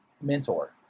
mentor